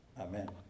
Amen